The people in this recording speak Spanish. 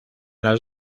las